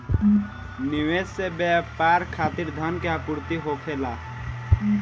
निवेश से व्यापार खातिर धन के आपूर्ति होखेला